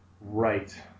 Right